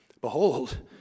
behold